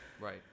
Right